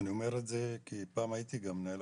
אני אומר את זה כי פעם הייתי גם מנהל